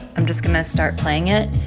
i'm just going to start playing it.